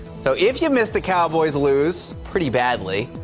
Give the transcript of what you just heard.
so if you missed the cowboys lose pretty badly.